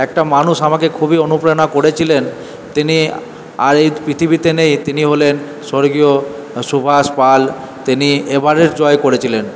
একটা মানুষ আমাকে খুবই অনুপ্রেরণা করেছিলেন তিনি আজ এই পৃথিবীতে নেই তিনি হলেন স্বর্গীয় সুভাষ পাল তিনি এভারেস্ট জয় করেছিলেন